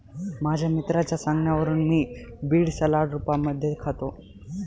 माझ्या मित्राच्या सांगण्यावरून मी बीड सलाड रूपामध्ये खातो